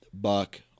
buck